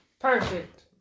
Perfect